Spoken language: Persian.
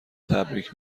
تبریک